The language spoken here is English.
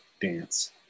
dance